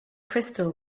crystal